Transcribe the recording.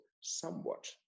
somewhat